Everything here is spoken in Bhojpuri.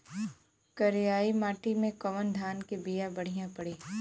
करियाई माटी मे कवन धान के बिया बढ़ियां पड़ी?